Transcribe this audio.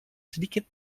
sedikit